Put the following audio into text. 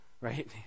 right